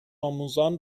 آموزان